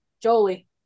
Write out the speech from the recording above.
Jolie